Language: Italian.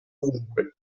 ovunque